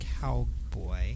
cowboy